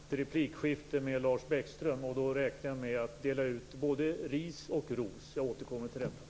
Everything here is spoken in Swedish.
Herr talman! Jag skall sedermera ha ett replikskifte med Lars Bäckström. Då räknar jag med att dela ut både ris och ros. Jag återkommer till detta.